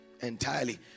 Entirely